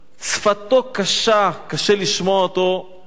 שפתו קשה, קשה לשמוע אותו,